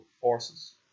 forces